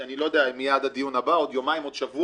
אני לא יודע אם יהיה עד הדיון הבא או עוד יומיים או עוד שבוע.